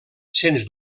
sens